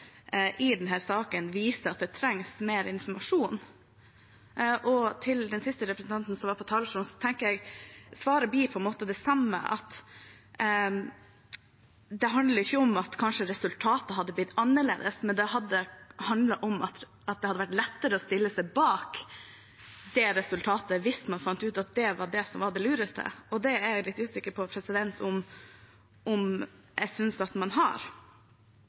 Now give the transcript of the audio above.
i denne saken, viser at det trengs mer informasjon. Til den siste representanten som var på talerstolen, tenker jeg at svaret på en måte blir det samme, at det ikke handler om at resultatet kanskje hadde blitt annerledes, men at det hadde vært lettere å stille seg bak resultatet hvis man fant ut at det var det som var det lureste. Det er jeg litt usikker på om jeg synes at man har.